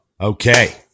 okay